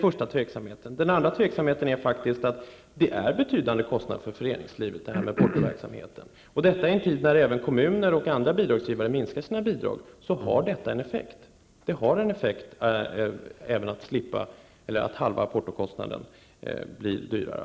Portoutgifter utgör betydande kostnader för föreningslivet. I en tid när kommuner och andra bidragsgivare minskar sina bidrag har det en effekt att portokostnaden blir dyrare.